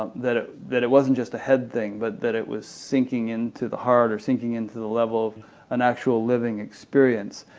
um that ah that it wasn't just a head thing but that it was sinking into the heart, or sinking into the level of an actual living experience.